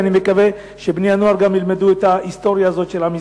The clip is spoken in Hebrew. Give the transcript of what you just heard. ואני מקווה שבני-הנוער גם ילמדו את ההיסטוריה הזאת של עם ישראל.